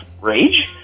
Rage